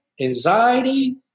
anxiety